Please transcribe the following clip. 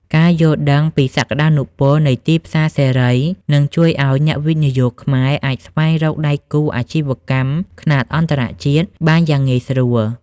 ការយល់ដឹងពីសក្ដានុពលនៃទីផ្សារសេរី នឹងជួយឱ្យអ្នកវិនិយោគខ្មែរអាចស្វែងរកដៃគូអាជីវកម្មខ្នាតអន្តរជាតិបានយ៉ាងងាយស្រួល។